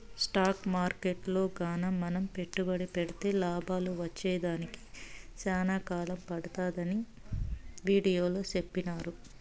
stock మార్కెట్టులో గాన మనం పెట్టుబడి పెడితే లాభాలు వచ్చేదానికి సేనా కాలం పడతాదని వీడియోలో సెప్పినారు